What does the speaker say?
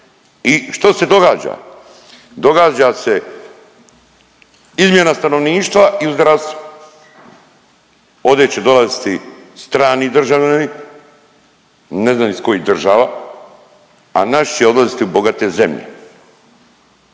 i što se događa. Događa se izmjena stanovništva i u zdravstvu. Ovdje će dolaziti strani državljani, ne znam iz kojih država, a naši će odlaziti u bogate zemlje.